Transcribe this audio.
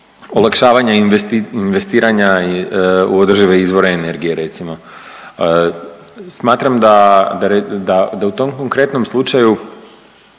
olakšavanja investiranja u održive izvore energije, recimo. Smatram da, da u tom konkretnom slučaju